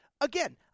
Again